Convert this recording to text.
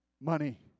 money